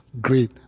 great